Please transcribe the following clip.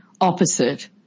opposite